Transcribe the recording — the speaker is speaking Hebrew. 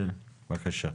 בבקשה.